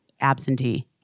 absentee